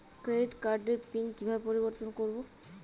Credit কার্ডের PIN কিভাবে পরিবর্তন করবো?